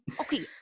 Okay